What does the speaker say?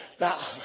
Now